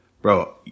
Bro